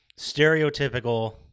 stereotypical